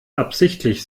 absichtlich